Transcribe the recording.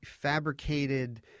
fabricated